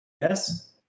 Yes